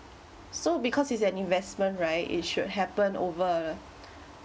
so because it's an investment right it should happen over a